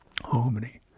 Harmony